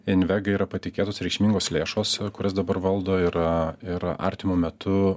invegai yra patikėtos reikšmingos lėšos kurias dabar valdo ir ir artimu metu